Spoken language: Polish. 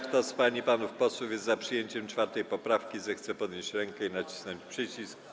Kto z pań i panów posłów jest za przyjęciem 4. poprawki, zechce podnieść rękę i nacisnąć przycisk.